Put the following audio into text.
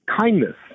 kindness